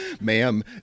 Ma'am